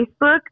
Facebook